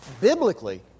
Biblically